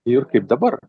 ir kaip dabar